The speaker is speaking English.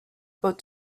but